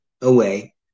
away